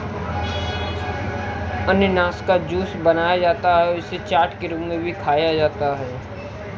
अनन्नास का जूस बनाया जाता है और इसे चाट के रूप में भी खाया जाता है